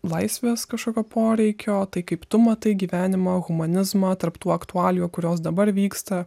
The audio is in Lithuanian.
laisvės kažkokio poreikio tai kaip tu matai gyvenimo humanizmą tarp tų aktualijų kurios dabar vyksta